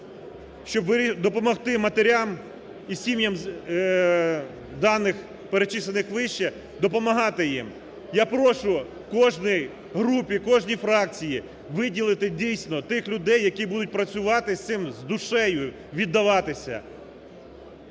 щоби допомогти матерям і сім'ям даних, перечислених вище, допомагати їм. Я прошу в кожній групі, в кожній фракції виділити дійсно тих людей, які будуть працювати з цим, з душею віддаватися.